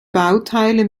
bauteile